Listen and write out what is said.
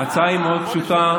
ההצעה היא מאוד פשוטה,